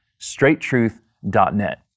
straighttruth.net